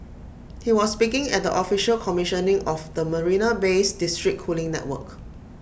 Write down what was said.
he was speaking at the official commissioning of the marina Bay's district cooling network